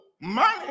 money